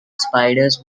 spiders